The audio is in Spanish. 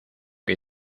que